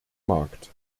markt